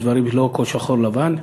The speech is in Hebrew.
לא הכול שחור או לבן.